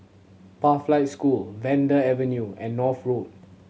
Pathlight School Vanda Avenue and North Road